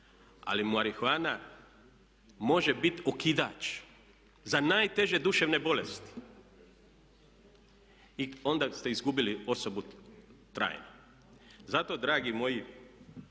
Ali marihuana može bit okidač za najteže duševne bolesti i onda ste izgubili osobu trajno. Zato dragi moji